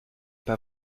pas